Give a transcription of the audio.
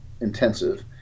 intensive